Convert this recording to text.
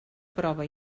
prova